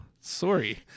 sorry